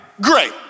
Great